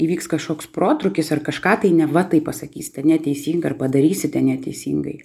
įvyks kažkoks protrūkis ar kažką tai neva tai pasakysite neteisingai ar padarysite neteisingai